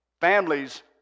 families